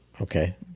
Okay